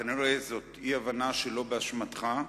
כנראה זאת אי-הבנה שלא באשמתך.